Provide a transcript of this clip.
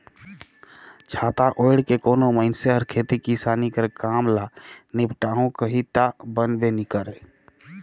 छाता ओएढ़ के कोनो मइनसे हर खेती किसानी कर काम ल निपटाहू कही ता बनबे नी करे